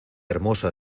hermoso